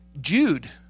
Jude